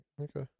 Okay